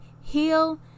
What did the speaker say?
heal